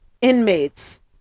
inmates